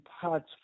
parts